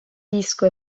disco